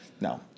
No